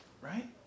Right